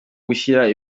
gushyira